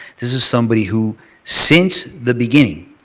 this is somebody who since the beginning,